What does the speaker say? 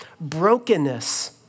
brokenness